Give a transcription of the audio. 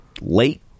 late